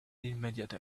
immediate